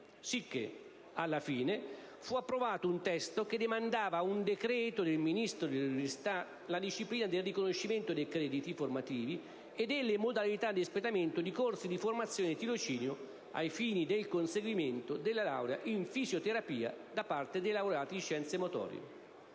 motorie. Alla fine, fu approvato un testo che demandava ad un decreto del Ministro dell'università la disciplina del riconoscimento dei crediti formativi e delle modalità di espletamento di corsi di formazione e tirocinio ai fini del conseguimento della laurea in fisioterapia da parte dei laureati in scienze motorie.